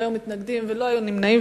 לא היו מתנגדים ולא היו נמנעים.